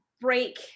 break